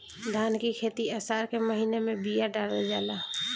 धान की खेती आसार के महीना में बिया डालल जाला?